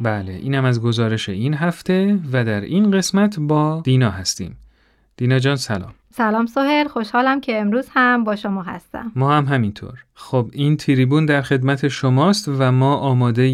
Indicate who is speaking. Speaker 1: بله، اینم از گزارش این هفته و در این قسمت با دینا هستیم. دینا جان، سلام.
Speaker 2: سلام سهیل، خوشحالم که امروز هم با شما هستم.
Speaker 1: ما هم همینطور. خب، این تریبون در خدمت شماست و ما آماده‌ی